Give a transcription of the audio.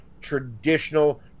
Traditional